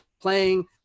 playing